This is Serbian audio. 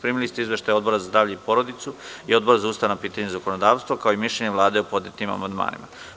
Primili ste izveštaj Odbora za zdravlje i porodicu i Odbora za ustavna pitanja i zakonodavstvo, kao i mišljenje Vlade o podnetim amandmanima.